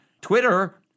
Twitter